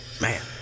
Man